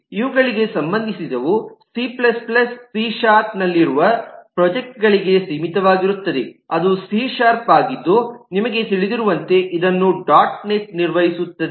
ಇವುಗಳಿಗೆ ಸಂಬಂಧಿಸಿದವು C C ಶಾರ್ಪ್ನಲ್ಲಿರುವ ಪ್ರೊಜೆಕ್ಟ್ಗಳಿಗೆ ಸೀಮಿತವಾಗಿರುತ್ತದೆ ಅದು ಸಿ ಶಾರ್ಪ್ ಆಗಿದ್ದು ನಿಮಗೆ ತಿಳಿದಿರುವಂತೆ ಇದನ್ನು ಡೊಟ್ ನೆಟ್ ನಿರ್ವಹಿಸುತ್ತದೆ